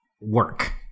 work